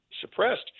suppressed